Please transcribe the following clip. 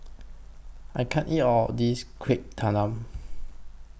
I can't eat All of This Kuih Talam